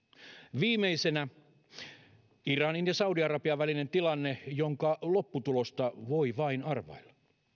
viimeisenä on iranin ja saudi arabian välinen tilanne jonka lopputulosta voi vain arvailla